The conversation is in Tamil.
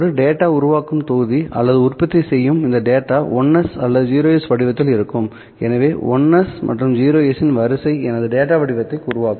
ஒரு டேட்டா உருவாக்கும் தொகுதி மற்றும் உற்பத்தி செய்யும் இந்த டேட்டா 1's மற்றும் 0's வடிவத்தில் இருக்கும் எனவே 1's மற்றும் 0's இன் வரிசை எனது டேட்டா வடிவத்தை உருவாக்கும்